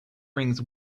rings